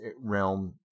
realm